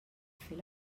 fer